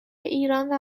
ایران